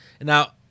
Now